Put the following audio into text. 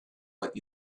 what